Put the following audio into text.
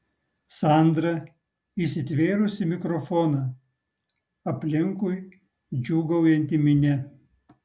sandra įsitvėrusi mikrofoną aplinkui džiūgaujanti minia